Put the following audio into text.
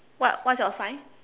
what what's your sign